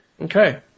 Okay